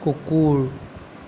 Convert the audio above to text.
কুকুৰ